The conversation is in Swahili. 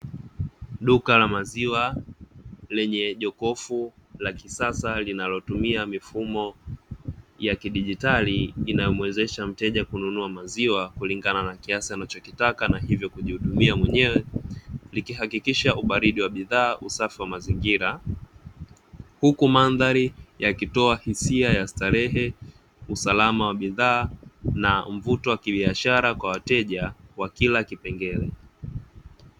Duka la maziwa lenye jokofu la kisasa linalotumia mifumo wa kidigitali linalomuwezesha mteja kununua maziwa kulingana na kiasi anachokitaka na hivyo kujihudumia mwenyewe na hivyo kuhakikisha ubaridi wa bidhaa, usafi wa mazingira; huku mandhari yakitoa hisia ya starehe usalama wa bidhaa na mvuto wa kibiashara kwa wateja kwa kila kipengele.